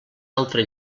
altre